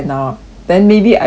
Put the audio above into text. then maybe I can really